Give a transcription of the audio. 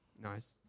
Nice